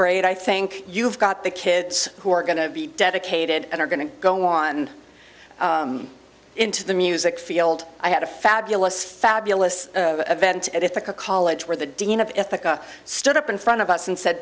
grade i think you've got the kids who are going to be dedicated and are going to go on into the music field i had a fabulous fabulous vent at ithaca college where the dean of ethic a stood up in front of us and said